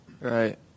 Right